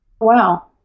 wow